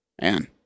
man